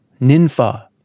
ninfa